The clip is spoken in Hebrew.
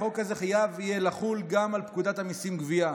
החוק הזה יהיה חייב לחול גם על פקודת המיסים (גבייה).